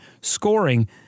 scoring